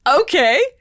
Okay